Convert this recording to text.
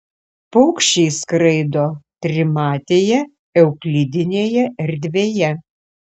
paukščiai skraido trimatėje euklidinėje erdvėje